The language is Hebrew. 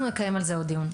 אנחנו נקיים על זה עוד דיון.